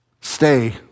Stay